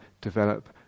develop